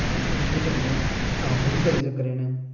अस उं'दे कन्नै गल्ल बी करी सकने न